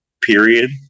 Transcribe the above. period